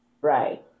right